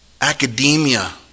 academia